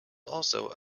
also